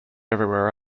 everywhere